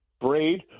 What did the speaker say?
braid